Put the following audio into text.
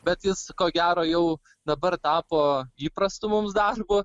bet jis ko gero jau dabar tapo įprastu mums darbu